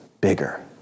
bigger